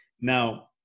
Now